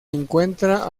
encuentra